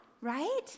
Right